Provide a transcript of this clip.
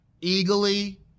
eagerly